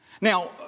Now